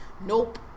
Nope